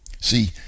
See